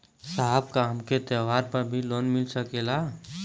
साहब का हमके त्योहार पर भी लों मिल सकेला?